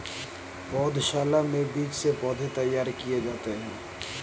पौधशाला में बीज से पौधे तैयार किए जाते हैं